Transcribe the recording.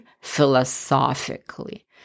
philosophically